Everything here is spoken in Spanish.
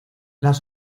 las